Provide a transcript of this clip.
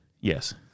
Yes